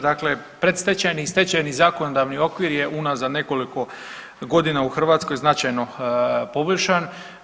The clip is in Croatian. Dakle, predstečajni i stečajni zakonodavni okvir je unazad nekoliko godina u Hrvatskoj značajno poboljšan.